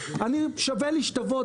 שווה לי שתבוא,